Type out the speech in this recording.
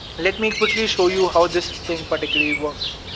let me quickly show you how this thing particularly works,